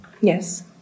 Yes